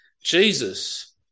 Jesus